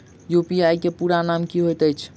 UPI केँ पूरा नाम की होइत अछि?